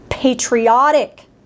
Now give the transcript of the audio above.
patriotic